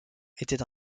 était